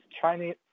Chinese